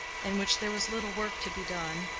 in which there was little work to be done,